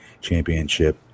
championship